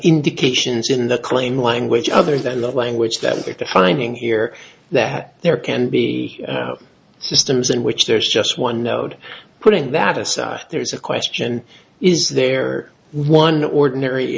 indications in the claim language other than the language that you're defining here that there can be systems in which there is just one node putting that aside there's a question is there one ordinary